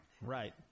Right